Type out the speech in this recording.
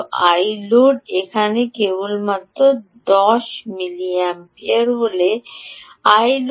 এখানে Iload 100 মিলির তুলনায় কেবলমাত্র 10 মিলি অ্যাম্পিয়ার হল